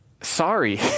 Sorry